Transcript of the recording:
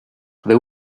there